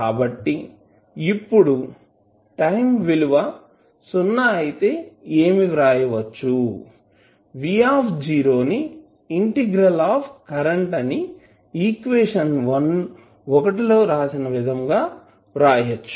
కాబట్టి ఇప్పుడు time t విలువ సున్నా అయితే ఏమి వ్రాయచ్చు v ని ఇంటిగ్రల్ ఆఫ్ కరెంట్ అని ఈక్వేషన్ లో ఈ విధంగా వ్రాయచ్చు